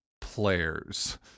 players